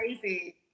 crazy